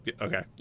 Okay